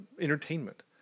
entertainment